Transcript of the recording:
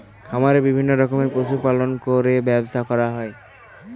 খামারে বিভিন্ন রকমের পশু পালন করে ব্যবসা করা হয়